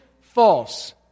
False